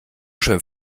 schön